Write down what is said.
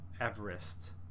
Everest